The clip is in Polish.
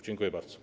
Dziękuję bardzo.